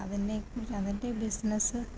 അതിനെക്കുറിച്ച് അതിൻ്റെ ബിസിനസ്